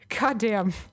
goddamn